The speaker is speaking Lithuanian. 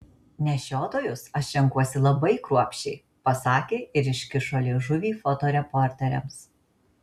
nešiotojus aš renkuosi labai kruopščiai pasakė ir iškišo liežuvį fotoreporteriams